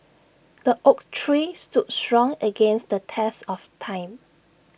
the oak tree stood strong against the test of time